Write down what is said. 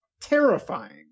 terrifying